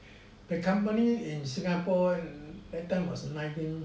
the company in singapore that time was nineteen